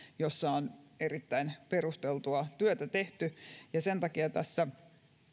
jossa on erittäin perusteltua työtä tehty sen takia